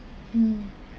mm